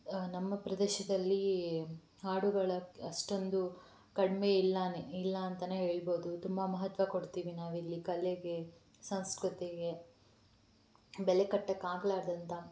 ನಮ್ಮ ಪ್ರದೇಶದಲ್ಲಿ ಹಾಡುಗಳು ಅಷ್ಟೊಂದು ಕಡಿಮೆ ಇಲ್ಲಾ ಇಲ್ಲ ಅಂತಲೇ ಹೇಳ್ಬೋದು ತುಂಬ ಮಹತ್ವ ಕೊಡ್ತೀವಿ ನಾವಿಲ್ಲಿ ಕಲೆಗೆ ಸಂಸ್ಕೃತಿಗೆ ಬೆಲೆ ಕಟ್ಟಕೆ ಆಗಲಾರ್ದಂತ